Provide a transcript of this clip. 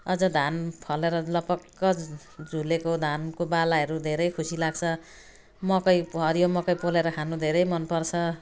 अझ धान फलेर लपक्क झुलेको धानको बालाहरू धेरै खुसी लाग्छ मकै हरियो मकै पोलेर खानु धेरै मन पर्छ